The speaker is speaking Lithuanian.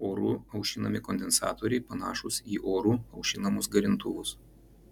oru aušinami kondensatoriai panašūs į oru aušinamus garintuvus